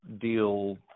deal